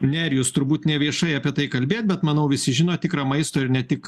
nerijus turbūt ne viešai apie tai kalbėt bet manau visi žino tikrą maisto ir ne tik